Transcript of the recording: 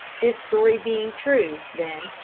this story being true, then,